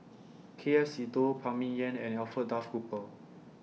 K F Seetoh Phan Ming Yen and Alfred Duff Cooper